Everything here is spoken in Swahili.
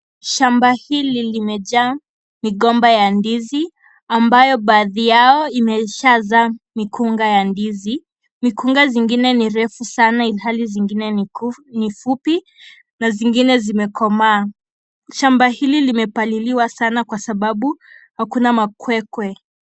Shamba hili limejaa migomba ya ndizi ambayo baadhi yao imeshazaa mikunga ya ndizi. Mikunga zingine ni refu sana ihali zingine ni fupi na zingine zimekomaa. Shamba hili limepaliliwa sana kwa sababu hakuna makwekwe.